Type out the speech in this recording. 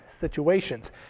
situations